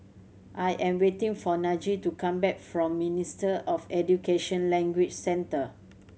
I am waiting for Najee to come back from Minister of Education Language Centre